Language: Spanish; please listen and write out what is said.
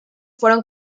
fueron